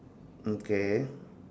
mm K